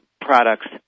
products